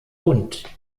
bund